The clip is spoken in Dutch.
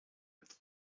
het